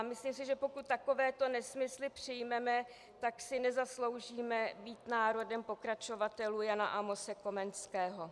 Myslím si, že pokud takovéto nesmysly přijmeme, tak si nezasloužíme být národem pokračovatelů Jana Amose Komenského.